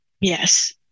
yes